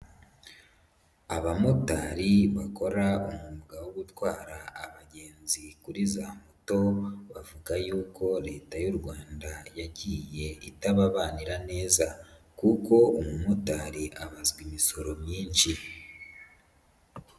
Abamotari bakora umwuga wo gutwara abagenzi kuri za moto, bavuga yuko Leta y'u Rwanda yagiye itababanira neza kuko umumotari abazwa imisoro myinshi.